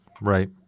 Right